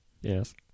Yes